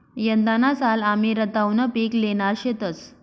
यंदाना साल आमी रताउनं पिक ल्हेणार शेतंस